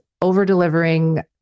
over-delivering